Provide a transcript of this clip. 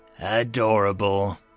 Adorable